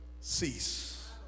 Cease